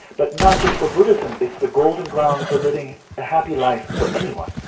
but not just for buddhists, and it's the golden ground for living a happy life for anyone,